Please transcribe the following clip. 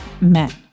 men